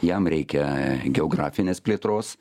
jam reikia geografinės plėtros